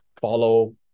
follow